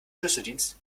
schlüsseldienst